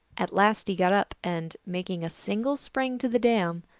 at last he got up, and, making a single spring to the dam,